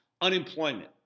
Unemployment